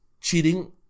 Cheating